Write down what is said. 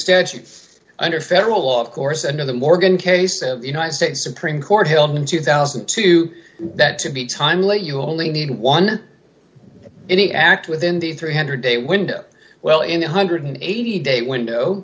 statute under federal law of course under the morgan case the united states supreme court held in two thousand and two that to be timely you only need one any act within the three hundred day window well in one hundred and eighty day window